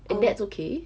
and that's okay